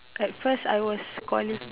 at first I was quali~